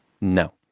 no